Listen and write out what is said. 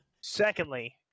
Secondly